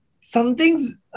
something's